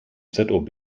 zob